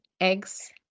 eggs